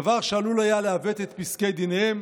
דבר שעלול היה לעוות את פסקי דיניהם.